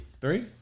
Three